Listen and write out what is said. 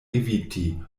eviti